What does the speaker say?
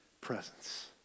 presence